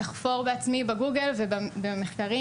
לחפור בעצמי בגוגל ובמחקרים